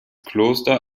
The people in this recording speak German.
kloster